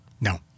No